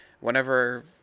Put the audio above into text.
whenever